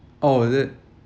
oh is it